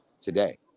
today